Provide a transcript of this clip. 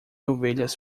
ovelhas